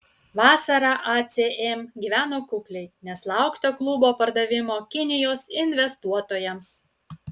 vasarą acm gyveno kukliai nes laukta klubo pardavimo kinijos investuotojams